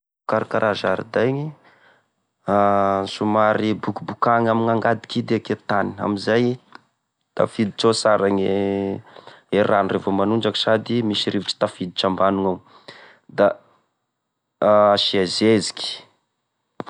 E fikarakara zaridainy: somary bokibokany amin'angady kidy eky e tany, amizay tafiditra ao sara gne rano revô manondraky sady misy rivotry tafiditry ambagnignao, da asia zeziky.